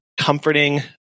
comforting